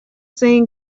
saying